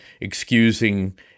excusing